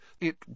It